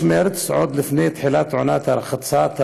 ורק לאחר שלושה ימים נמצאה גופתו,